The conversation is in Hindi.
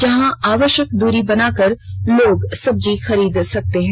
जहां आवश्यक दूरी बनाकर लोग सब्जी खरीद सकते हैं